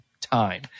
time